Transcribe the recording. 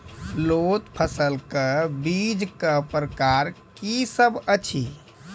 लोत फसलक बीजक प्रकार की सब अछि?